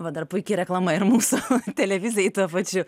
va dar puiki reklama ir mūsų televizijai tuo pačiu